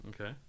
Okay